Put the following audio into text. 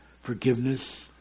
forgiveness